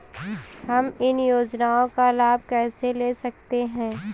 हम इन योजनाओं का लाभ कैसे ले सकते हैं?